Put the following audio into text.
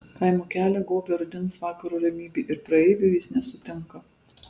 kaimo kelią gobia rudens vakaro ramybė ir praeivių jis nesutinka